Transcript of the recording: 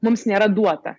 mums nėra duota